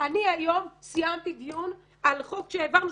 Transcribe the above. אני היום סיימתי דיון על חוק שהעברנו,